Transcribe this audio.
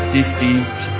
defeat